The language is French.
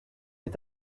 est